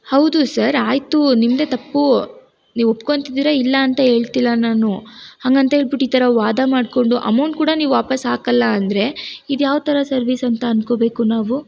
ಹೌದು ಸರ್ ಆಯ್ತು ನಿಮ್ಮದೇ ತಪ್ಪು ನೀವು ಒಪ್ಕೊಳ್ತಿದ್ದೀರ ಇಲ್ಲ ಅಂತ ಹೇಳ್ತಿಲ್ಲ ನಾನು ಹಾಗಂತ ಹೇಳ್ಬಿಟ್ಟು ಈ ಥರ ವಾದ ಮಾಡಿಕೊಂಡು ಅಮೌಂಟ್ ಕೂಡ ನೀವು ವಾಪಸ್ಸು ಹಾಕೋಲ್ಲ ಅಂದರೆ ಇದು ಯಾವ ಥರ ಸರ್ವೀಸ್ ಅಂತ ಅಂದ್ಕೋಬೇಕು ನಾವು